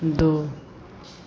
दो